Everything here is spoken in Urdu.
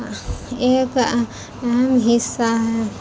ایک اہم حصہ ہے